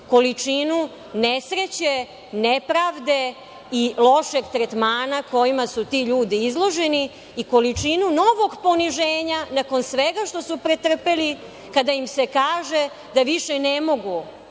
količinu nesreće, nepravde i lošeg tretmana kojima su ti ljudi izloženi i količinu novog poniženja nakon svega što su pretrpeli kada im se kaže da više ne mogu